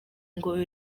ngo